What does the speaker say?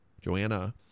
Joanna